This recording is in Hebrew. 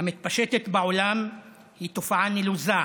המתפשטת בעולם היא תופעה נלוזה,